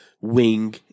wing